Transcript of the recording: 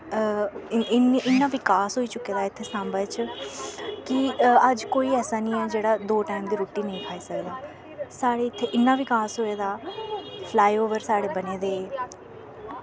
इन्ना विकास होई चुक्के दा इत्थें सांबा च कि अज कोई ऐसा निं ऐ जेह्ड़ा दो टैम दी रुट्टी निं खाई सकदा साढ़े इत्थे इन्ना विकास होए दा फलाई ओवर साढ़े बने दे